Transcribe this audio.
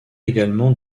également